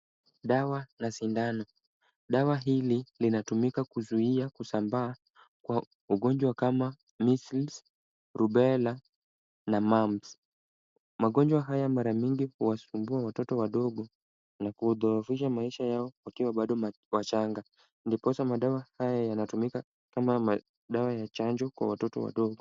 Dawa na sindano. Dawa hili linatumika kuzuia kusambaa kwa ugonjwa kama measles, rubella na mumps . Magonjwa haya mara mingi huwasumbua watoto wadogo na kudhoofisha maisha yao wakiwa bado wachanga ndiposa madawa haya yanatumika kama dawa ya chanjo kwa watoto wadogo.